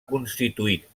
constituït